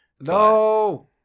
no